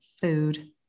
food